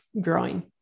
growing